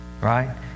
Right